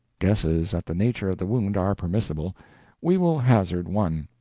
guesses at the nature of the wound are permissible we will hazard one.